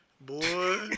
Boy